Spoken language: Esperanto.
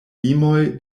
limoj